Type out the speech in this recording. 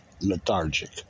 lethargic